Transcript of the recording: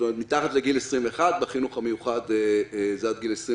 כלומר מתחת לגיל 21 בחינוך המיוחד זה עד גיל 21